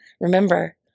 Remember